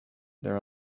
there